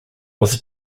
was